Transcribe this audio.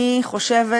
אני חושבת